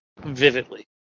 vividly